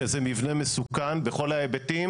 שזה מבנה מסוכן בכל ההיבטים